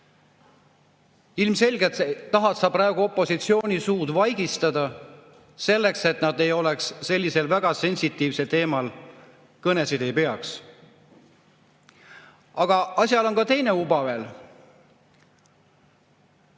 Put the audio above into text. Ilmselgelt tahad sa praegu opositsiooni vaigistada selleks, et nad sellisel väga sensitiivsel teemal kõnesid ei peaks. Asjal on ka teine uba veel.